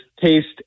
taste